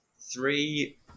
three